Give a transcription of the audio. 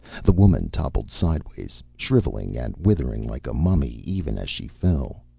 the woman toppled sidewise, shriveling and withering like a mummy even as she fell.